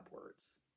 words